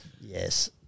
Yes